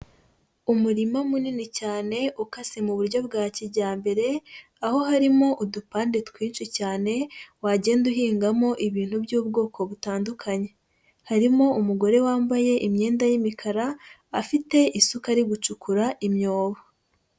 Umurima munini cyane ukase mu buryo bwa kijyambere, aho harimo udupande twinshi cyane wagenda uhingamo ibintu by'ubwoko butandukanye, harimo umugore wambaye imyenda y'imikara, afite isuka ari gucukura imyobo.